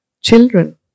children